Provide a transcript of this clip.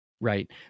Right